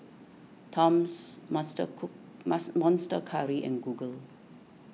Toms monster cook mas Monster Curry and Google